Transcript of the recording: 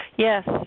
Yes